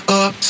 up